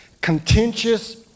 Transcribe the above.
contentious